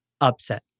upset